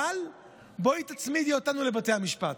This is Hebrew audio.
אבל בואי תצמידי אותנו לבתי המשפט.